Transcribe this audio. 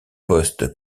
poste